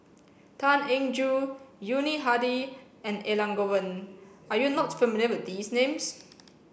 Tan Eng Joo Yuni Hadi and Elangovan are you not familiar with these names